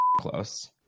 close